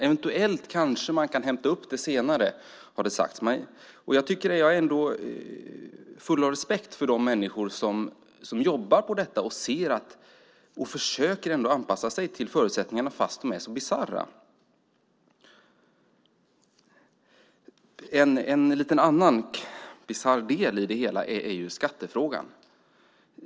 Eventuellt kanske man kan hämta upp det senare, har det sagts mig. Jag är ändå full av respekt för de människor som jobbar på detta och ser och försöker anpassa sig till förutsättningarna, fast de är så bisarra. En annan lite bisarr del i det hela är skattefrågan.